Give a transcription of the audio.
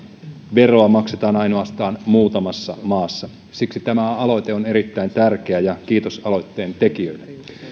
veroa maksetaan ainoastaan muutamassa maassa siksi tämä aloite on erittäin tärkeä ja kiitos aloitteen tekijöille